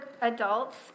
adults